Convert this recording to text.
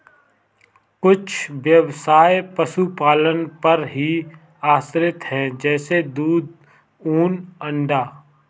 कुछ ब्यवसाय पशुपालन पर ही आश्रित है जैसे दूध, ऊन, अंडा